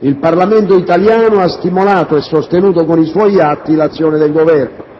IlParlamento italiano ha stimolato e sostenuto con i suoi atti l'azione del Governo.